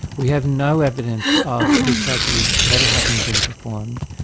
we have no evidence of his tragedies ever having been performed.